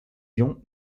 ions